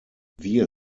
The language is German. wir